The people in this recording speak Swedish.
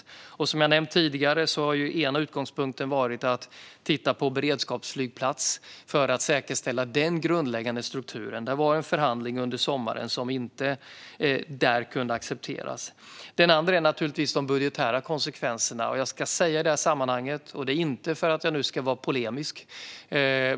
Som jag har nämnt tidigare har ena utgångspunkten varit att man ska titta på en beredskapsflygplats för att säkerställa den grundläggande strukturen. Det var en förhandling under sommaren som där inte kunde accepteras. Den andra utgångspunkten är naturligtvis de budgetära konsekvenserna. Jag ska i det sammanhanget säga något, och det gör jag inte för att jag ska vara polemisk.